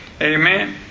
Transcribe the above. Amen